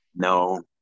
No